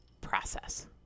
process